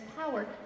power